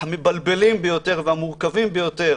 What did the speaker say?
המבלבלים ביותר והמורכבים ביותר